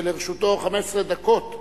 שלרשותו 15 דקות.